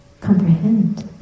comprehend